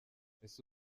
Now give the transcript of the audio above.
ese